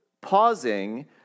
pausing